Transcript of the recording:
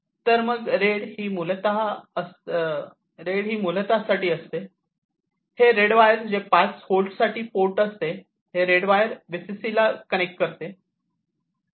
तर मग रेड ही मूलतः साठी असते हे रेड वायर्स जे 5 होल्टसाठी पोर्ट असते हे रेड वायर VCC ला कनेक्ट करते